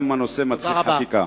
גם אם הנושא מצריך חקיקה.